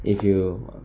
if you